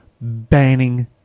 banning